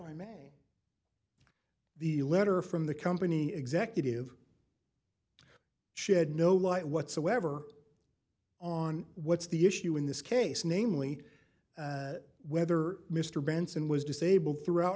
fine man the letter from the company executive shed no light whatsoever on what's the issue in this case namely whether mr benson was disabled throughout